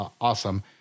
awesome